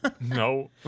No